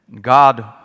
God